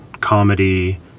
comedy